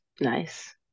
nice